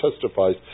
testifies